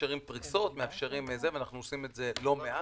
מאפשרים פריסות, ואנו עושים את זה לא מעט.